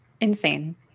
insane